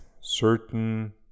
certain